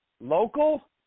local